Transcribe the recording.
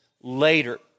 later